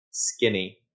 skinny